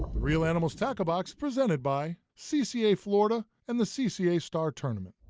reel animals tackle box presented by cca florida and the cca star tournament.